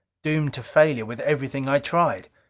doomed to failure with everything i tried.